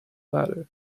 ladder